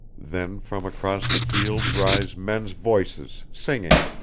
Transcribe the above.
then from across the field rise men's voices singing.